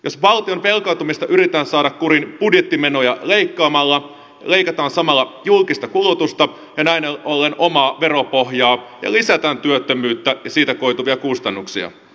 jos valtion velkaantumista yritetään saada kuriin budjettimenoja leikkaamalla leikataan samalla julkista kulutusta ja näin ollen omaa veropohjaa ja lisätään työttömyyttä ja siitä koituvia kustannuksia